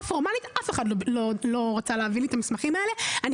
אבל אף אחד לא רצה להעביר את המסמכים האלה בצורה פורמלית.